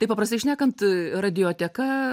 tai paprastai šnekant radioteka